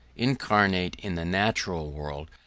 incarnate in the natural world,